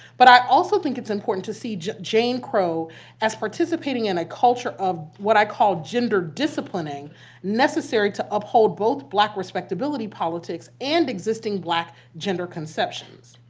but i also think it's important to see jane crow as participating in a culture of, what i call, gender disciplining necessary to uphold both black respectability politics and existing black gender conceptions.